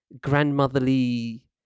grandmotherly